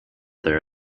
there